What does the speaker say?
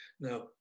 Now